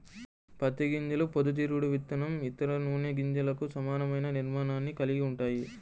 పత్తి గింజలు పొద్దుతిరుగుడు విత్తనం, ఇతర నూనె గింజలకు సమానమైన నిర్మాణాన్ని కలిగి ఉంటాయి